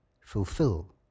fulfill